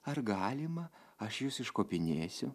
ar galima aš jus iškopinėsiu